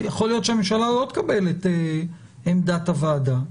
יכול להיות שהממשלה לא תקבל את עמדת הוועדה,